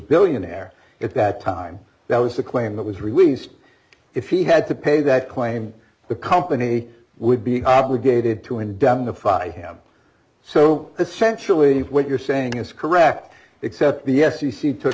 billionaire at that time that was the claim that was released if he had to pay that claim the company would be obligated to indemnify him so essentially what you're saying is correct except the s e c took